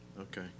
okay